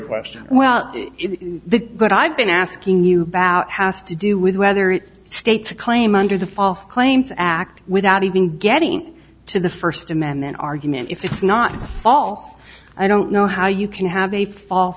question well the good i've been asking you about has to do with whether it states a claim under the false claims act without even getting to the first amendment argument if it's not false i don't know how you can have a fal